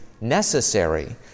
necessary